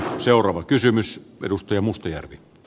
seuraava kysymys perus ja mustajärvi